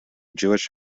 jewish